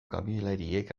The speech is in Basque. kamioilariek